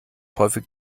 häufig